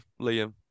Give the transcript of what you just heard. Liam